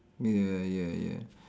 ya ya ya